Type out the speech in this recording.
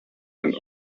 and